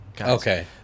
Okay